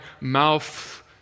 mouth